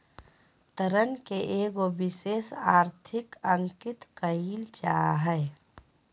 ऋण के एगो विशेष आर्थिक में अंकित कइल जा हइ